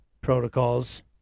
protocols